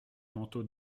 manteaux